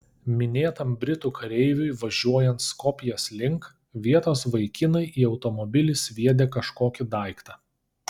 minėtam britų kareiviui važiuojant skopjės link vietos vaikinai į automobilį sviedė kažkokį daiktą